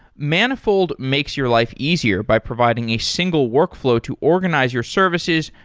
manifold makes your life easier by providing a single workflow to organize your services,